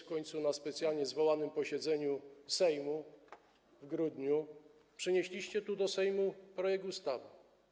W końcu na specjalnie zwołanym posiedzeniu Sejmu w grudniu przynieśliście do Sejmu projekt ustawy.